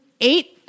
eight